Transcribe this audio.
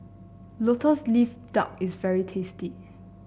lotus leaf duck is very tasty